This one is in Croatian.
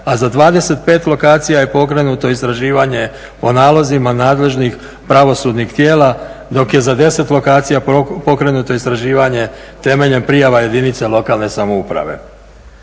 a za 25 lokacija je pokrenuto istraživanje o nalozima nadležnih pravosudnih tijela dok je za 10 lokacija pokrenuto istraživanje temeljem prijava jedinica lokalne samouprave.